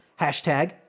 Hashtag